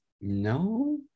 No